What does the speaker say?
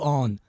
on